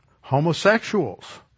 homosexuals